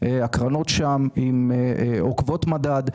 שם הקרנות עוקבות מדד,